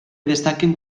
destaquen